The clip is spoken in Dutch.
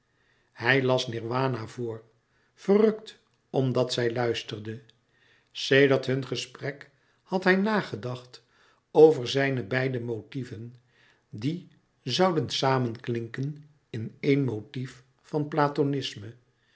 hij las nirwana voor verrukt omdat zij luisterde sedert hun gesprek had hij nagedacht over zijne beide motieven die zouden samenklinken in eén motief van platonisme